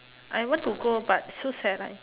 I want to go but so sad right